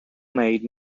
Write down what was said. made